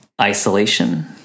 isolation